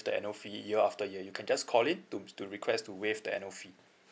the annual fee year after year you can just call in to to request to waive the annual fee